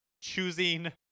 choosing